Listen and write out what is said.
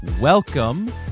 Welcome